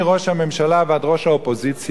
מראש הממשלה ועד ראש האופוזיציה,